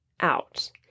out